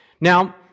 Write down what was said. Now